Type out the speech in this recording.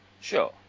sure